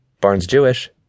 Barnes-Jewish